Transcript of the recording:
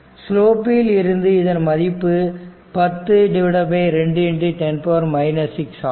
ஸ்லோப்பில் இருந்து இதன் மதிப்பு 10210 6ஆகும்